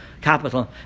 capital